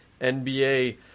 NBA